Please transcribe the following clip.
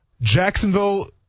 Jacksonville